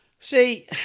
See